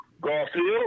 Garfield